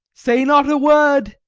say not a word.